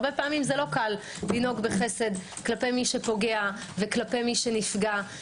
הרבה פעמים קשה לנהוג כך כלפי מי שפוגע וכלפי הנפגע.